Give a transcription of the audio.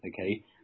okay